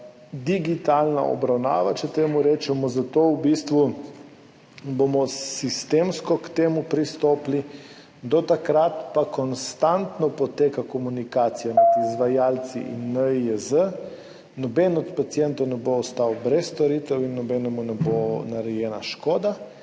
digitalna obravnava, če temu tako rečemo. Zato bomo sistemsko k temu pristopili. Do takrat pa konstantno poteka komunikacija med izvajalci in NIJZ. Nobeden od pacientov ne bo ostal brez storitev in nobenemu ne bo narejena škoda.